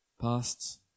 past